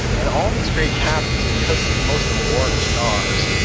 and all these great captains because most of them weren't stars,